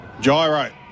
gyro